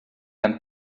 and